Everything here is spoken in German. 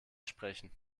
sprechen